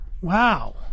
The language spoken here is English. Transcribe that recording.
wow